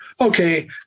Okay